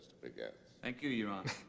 but yeah thank you, your honor.